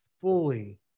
fully